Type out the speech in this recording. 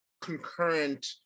concurrent